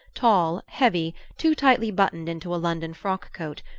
tall, heavy, too tightly buttoned into a london frock-coat,